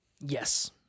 Yes